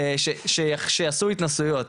שיעשו התנסויות.